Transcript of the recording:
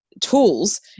tools